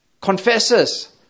confesses